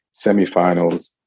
semifinals